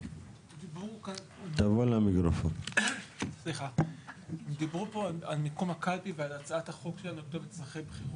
דיברו פה על מיקום הקלפי ועל הצעת החוק של הכתובת לצרכי בחירות,